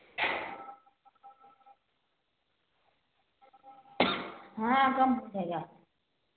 हाँ कम लगेगा